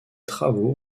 travaux